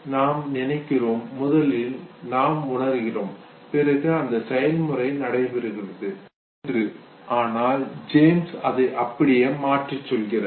நாம் நினைக்கிறோம் முதலில் நாம் உணர்கிறோம் பிறகு அந்த செயல்முறை நடைபெறுகிறது என்று ஆனால் ஜேம்ஸ் அதை அப்படியே மாற்றிச் சொல்கிறார்